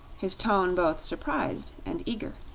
his tone both surprised and eager.